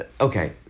Okay